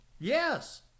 Yes